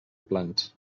plans